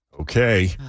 Okay